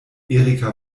erika